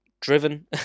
driven